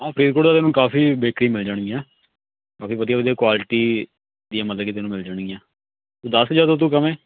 ਹਾਂ ਫਰੀਦਕੋਟ ਵਿੱਚ ਤੈਨੂੰ ਕਾਫ਼ੀ ਬੇਕਰੀ ਮਿਲ ਜਾਣਗੀਆਂ ਕਾਫ਼ੀ ਵਧੀਆ ਵਧੀਆ ਕੁਆਲਟੀ ਦੀਆਂ ਮਤਲਬ ਕੀ ਤੈਨੂੰ ਮਿਲ ਜਾਣਗੀਆਂ ਤੂੰ ਦੱਸ ਜਦੋਂ ਤੂੰ ਕਹੇ